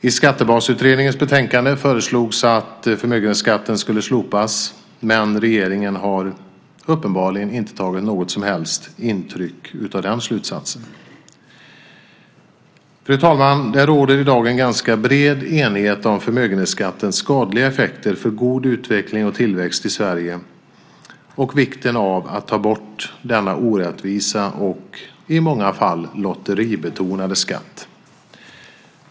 I Skattebasutredningens betänkande föreslogs att förmögenhetsskatten skulle slopas, men regeringen har uppenbarligen inte tagit något som helst intryck av den slutsatsen. Fru talman! Det råder i dag en ganska bred enighet om förmögenhetsskattens skadliga effekter på god utveckling och tillväxt i Sverige och vikten av att ta bort denna orättvisa och i många fall lotteribetonade skatt.